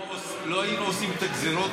לא היינו עושים את הגזרות,